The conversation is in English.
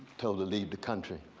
told to leave the country,